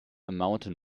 mountain